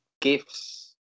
gifts